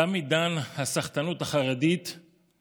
תם עידן "הסחטנות החרדית";